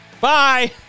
Bye